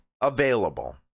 available